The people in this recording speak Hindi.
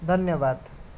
धन्यवाद